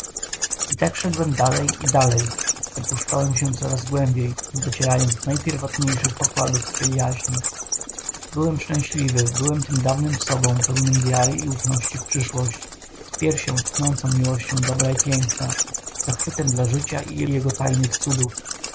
i tak szedłem dalej i dalej zapuszczałem się coraz głębiej docierając do najpierwotniejszych pokładów swej jaźni byłem szczęśliwy byłem tym dawnym sobą pełnym wiary i ufności w przyszłość z piersią tchnącą miłością dobra i piękna zachwytem dla życia i jego tajnych cudów